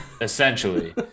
Essentially